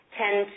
tend